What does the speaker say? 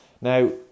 Now